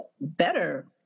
better